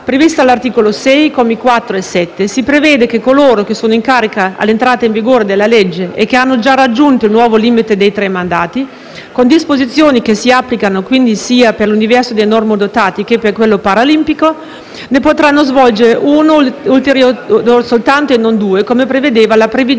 prevista all'articolo 6, commi 4 e 7. Si prevede che coloro che sono in carica all'entrata in vigore della legge e che hanno già raggiunto il nuovo limite dei tre mandati, con disposizioni che si applicano sia per l'universo dei normodotati che per quello paralimpico, ne potranno svolgere uno ulteriore e non due, come prevedeva la previgente